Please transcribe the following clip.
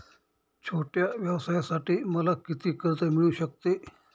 छोट्या व्यवसायासाठी मला किती कर्ज मिळू शकते?